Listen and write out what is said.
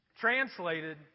Translated